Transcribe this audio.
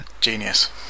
Genius